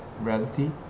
reality